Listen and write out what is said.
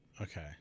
Okay